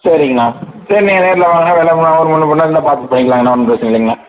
சரிங்கண்ணா சரி நீங்கள் நேரில் வாங்கண்ணா வில ஒரு முன்னே பின்னே இருந்தால் பார்த்து பண்ணிக்கலாங்கண்ணா ஒன்றும் பிரச்சனை இல்லைங்கண்ணா